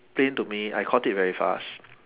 ~plain to me I caught it very fast